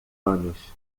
anos